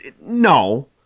No